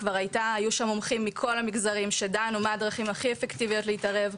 היו שם מומחים מכל המגזים שדנו מה הדרכים הכי אפקטיביות להתערב.